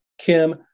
Kim